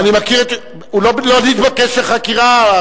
הוא לא נתבקש לחקירה.